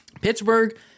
Pittsburgh